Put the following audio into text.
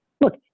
Look